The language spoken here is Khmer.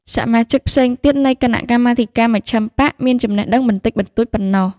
សមាជិកផ្សេងទៀតនៃគណៈកម្មាធិការមជ្ឈិមបក្សមានចំណេះដឹងបន្តិចបន្តួចប៉ុណ្ណោះ ។